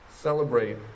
celebrate